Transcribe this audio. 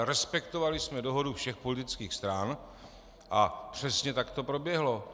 Respektovali jsme dohodu všech politických stran a přesně tak to proběhlo.